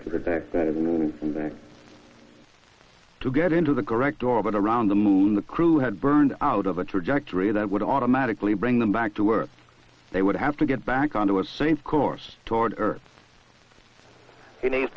to the deck that is going to get into the correct orbit around the moon the crew had burned out of a trajectory that would automatically bring them back to work they would have to get back onto a same course toward earth he needs